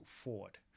forward